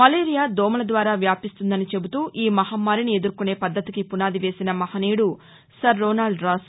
malaria దోమల ద్వారా వ్యాపిస్తుందని చెబుతూ ఈ మహమ్మారిని ఎదుర్కొనే పద్దతికి పునాది వేసిన మహనీయుడు సర్ రోనాల్డ్ రాస్